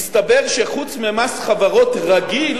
הסתבר שחוץ ממס חברות רגיל